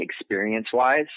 experience-wise